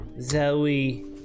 Zoe